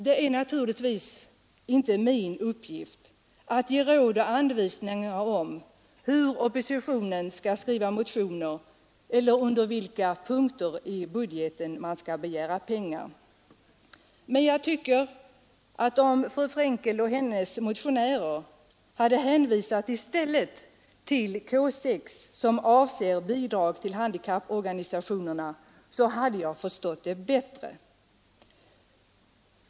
Det är naturligtvis inte min uppgift att ge råd och anvisningar om hur oppositionen skall skriva motioner eller under vilka punkter i budgeten man skall begära pengar, men om fru Frenkel och hennes medmotionärer i stället hade hänvisat till anslaget K 6 Bidrag till handikapporganisationer hade jag förstått det bättre.